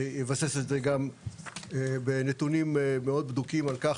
יבסס את זה גם בנתונים מאוד בדוקים על כך